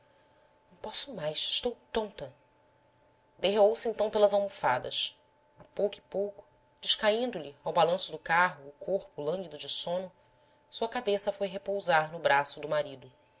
não posso mais estou tonta derreou se então pelas almofadas a pouco e pouco descaindo lhe ao balanço do carro o corpo lânguido de sono sua cabeça foi repousar no braço do marido